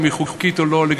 האם היא חוקית או לא,